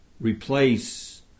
replace